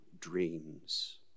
Dreams